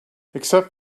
except